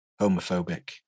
homophobic